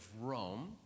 Rome